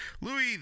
Louis